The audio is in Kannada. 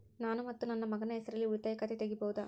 ನಾನು ಮತ್ತು ನನ್ನ ಮಗನ ಹೆಸರಲ್ಲೇ ಉಳಿತಾಯ ಖಾತ ತೆಗಿಬಹುದ?